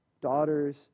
daughters